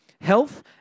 health